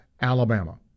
Alabama